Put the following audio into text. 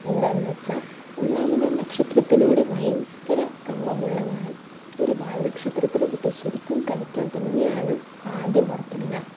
എന്താന്ന് വെച്ചാൽ ഒന്നാമത് നക്ഷത്രത്തിനോട് ഭയങ്കര കമ്പമുള്ള ഞാൻ ഒരു വാൽക്ഷത്രത്തിനെ കിട്ടിയാൽ ശരിക്കും കളിക്കാൻ തന്നെയാണ് ആദ്യം പുറപ്പെടുക